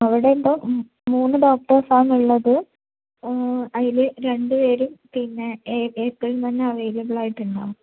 അവിടെ ഇപ്പോള് മൂന്ന് ഡോക്ടേഴ്സാണുള്ളത് അതില് രണ്ടുപേരും പിന്നെ ഏപ്പോഴും തന്നെ അവൈലബിളായിട്ടുണ്ടാവും